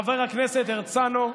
חבר הכנסת הרצנו,